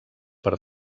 per